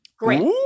great